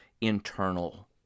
internal